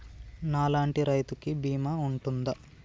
నా లాంటి రైతు కి బీమా ఉంటుందా?